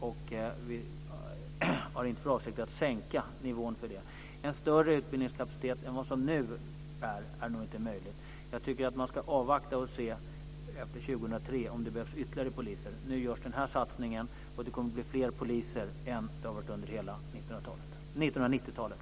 Vi har inte för avsikt att sänka nivån för det. En större utbildningskapacitet än vad som gäller nu är nog inte möjlig. Jag tycker att man ska avvakta, och se efter 2003 om det behövs ytterligare poliser. Nu görs den här satsningen, och det kommer att bli fler poliser än vad det har varit under hela 1990-talet.